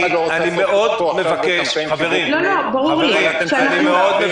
--- אני מאוד מבקש, חברים, לא להיכנס עכשיו.